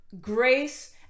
grace